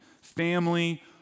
Family